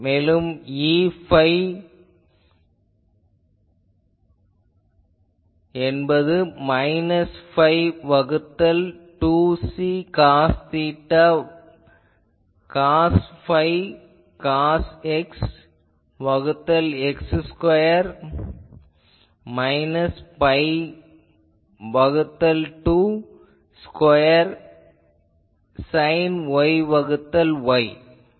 மேலும் Eϕ என்பது minus pi வகுத்தல் 2 C cos theta cos phi cos X வகுத்தல் X ஸ்கொயர் மைனஸ் பை வகுத்தல் 2 ஸ்கொயர் சைன் Y வகுத்தல் Y